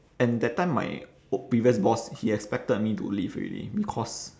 and that time my o~ previous boss he expected me to leave already because